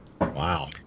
Wow